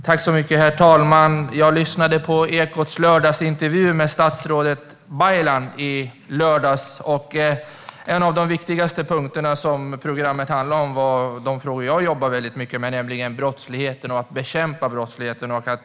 Herr talman! Jag lyssnade på Ekots lördagsintervju med statsrådet Baylan i lördags. En av de viktigaste punkter som programmet handlade om var de frågor jag jobbar mycket med, nämligen brottsligheten och att bekämpa den.